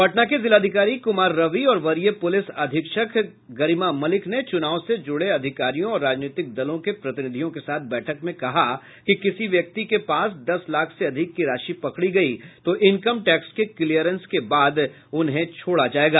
पटना के जिलाधिकारी कुमार रवि और वरीय पुलिस अधीक्षक गरिमा मलिक ने चुनाव से जुड़े अधिकारियों और राजनीतिक दलों के प्रतिनिधियों के साथ बैठक में कहा कि किसी व्यक्ति के पास दस लाख से अधिक की राशि पकड़ी गयी तो इनकम टैक्स के क्लियरेंस के बाद उन्हें छोड़ा जायेगा